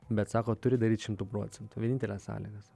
bet sako turi daryt šimtu procentų vienintelė sąlyga sako